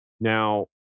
Now